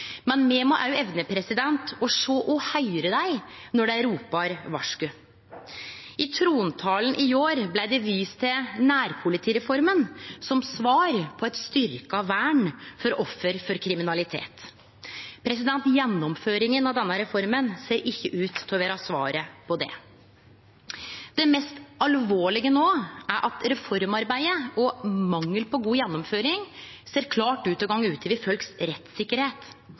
Men me må òg evne å sjå og høyre dei når dei ropar varsku. I trontalen i går blei det vist til nærpolitireforma som svar på eit styrkt vern for offer for kriminalitet. Gjennomføringa av denne reforma ser ikkje ut til å vere svaret på det. Det mest alvorlege no er at reformarbeidet og mangel på god gjennomføring klart ser ut til å gå ut over rettssikkerheita til folk. Me har for mange eksempel på